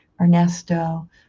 Ernesto